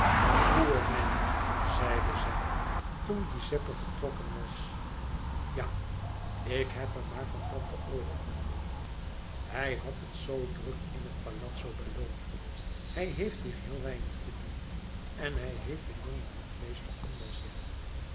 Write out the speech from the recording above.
zeide zij toen giuseppe vertrokken was a ik heb hem maar van tante overgenomen hij had het zoo druk in het palazzo belloni hij heeft hier heel weinig te doen en hij heeft een jongen hofmeester onder zich